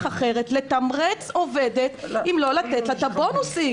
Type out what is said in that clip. אחרת לתמרץ עובדת אם לא לתת לה את הבונוסים.